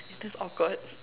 that's awkward